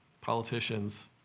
politicians